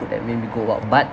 that made me go !wow! but